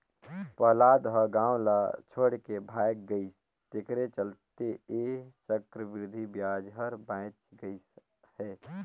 पहलाद ह गाव ल छोएड के भाएग गइस तेखरे चलते ऐ चक्रबृद्धि बियाज हर बांएच गइस हे